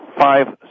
five